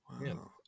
wow